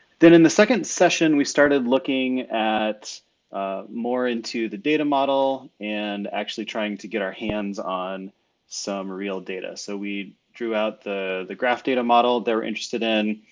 then in the second session, we started looking at more into the data model and actually trying to get our hands on some real data. so we drew out the the graph data model, they were interested in,